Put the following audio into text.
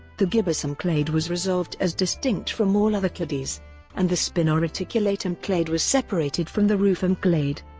the gibbosum clade was resolved as distinct from all other clades, and the spinoreticulatum clade was separated from the rufum clade.